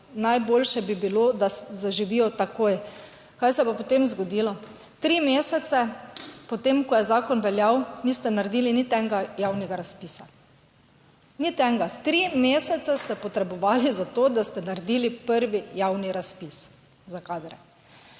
najboljše bi bilo, da zaživijo takoj. Kaj se je pa potem zgodilo? Tri mesece po tem, ko je zakon veljal, niste naredili niti enega javnega razpisa, niti enega. Tri mesece ste potrebovali za to, da ste naredili prvi javni razpis za kadre.